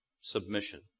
Submission